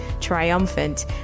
triumphant